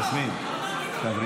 נו, באמת.